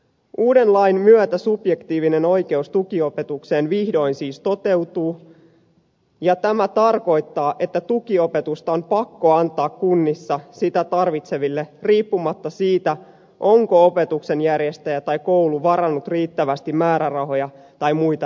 uuden lain myötä subjektiivinen oikeus tukiopetukseen vihdoin siis toteutuu ja tämä tarkoittaa että tukiopetusta on pakko antaa kunnissa sitä tarvitseville riippumatta siitä onko opetuksen järjestäjä tai koulu varannut riittävästi määrärahoja tai muita resursseja